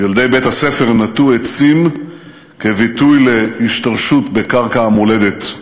ילדי בית-הספר נטעו עצים כביטוי להשתרשות בקרקע המולדת,